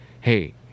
Hey